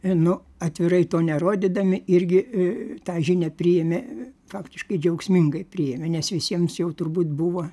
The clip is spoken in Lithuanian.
nu atvirai to nerodydami irgi tą žinią priėmė faktiškai džiaugsmingai priėmė nes visiems jau turbūt buvo